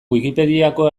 wikipediako